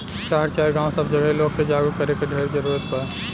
शहर चाहे गांव सब जगहे लोग के जागरूक करे के ढेर जरूरत बा